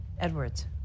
Edwards